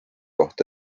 ohtu